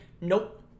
Nope